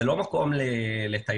זה לא מקום לטיילים,